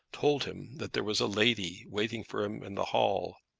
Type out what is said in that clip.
told him that there was a lady waiting for him in the hall.